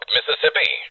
Mississippi